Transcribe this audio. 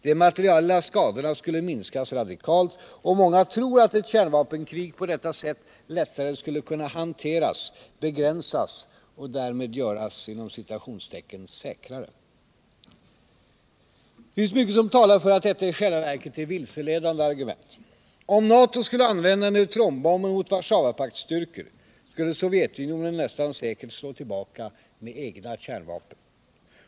De materiella skadorna skulle 15 minskas radikalt. Och många tror att ett kärnvapenkrig på detta sätt lättare skulle kunna hanteras, begränsas och därmed göras ”säkrare”. Det finns mycket som talar för att detta i själva verket är vilseledande argument. Om NATO skulle använda neutronbomben mot Warszawapaktstyrkor skulle Sovjetunionen nästan säkert slå tillbaka med egna kärnvapen.